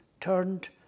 turned